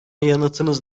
yanıtınız